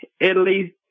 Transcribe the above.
Italy